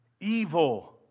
evil